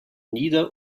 nieder